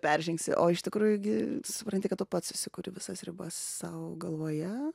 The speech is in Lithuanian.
peržengsi o iš tikrųjų gi tu supranti kad tu pats susikuri visas ribas sau galvoje